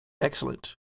Excellent